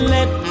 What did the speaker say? Let